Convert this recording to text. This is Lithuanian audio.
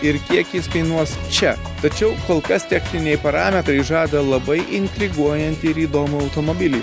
ir kiek jis kainuos čia tačiau kol kas techniniai parametrai žada labai intriguojantį ir įdomų automobilį